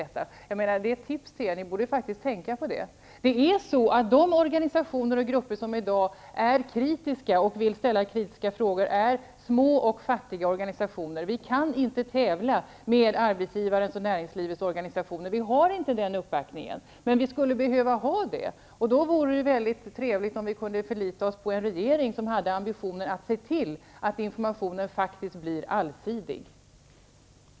Det här är ett tips som ni borde tänka på. De organisationer och grupper som i dag är kritiska och vill ställa kritiska frågor är små och fattiga. De kan inte tävla med arbetsgivarnas och näringslivets organisationer. De har inte den uppbackning de skulle behöva. Då vore det trevligt om de kunde förlita sig på en regering som hade ambitionen att se till att informationen blir allsidig.